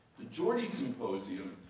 the jorde symposium,